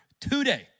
today